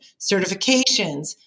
certifications